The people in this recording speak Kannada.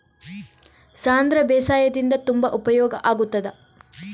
ಸಾಂಧ್ರ ಬೇಸಾಯದಿಂದ ತುಂಬಾ ಉಪಯೋಗ ಆಗುತ್ತದಾ?